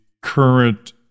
current